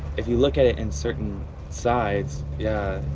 if you look at it in certain sides, yeah,